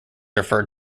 referred